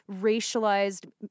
racialized